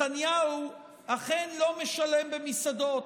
נתניהו אכן לא משלם במסעדות,